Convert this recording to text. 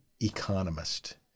economist